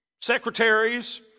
secretaries